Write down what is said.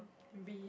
be